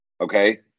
Okay